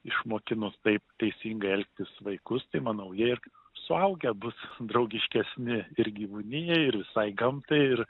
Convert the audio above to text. išmokinus taip teisingai elgtis vaikus tai manau jie ir suaugę bus draugiškesni ir gyvūnijai ir visai gamtai ir